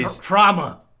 Trauma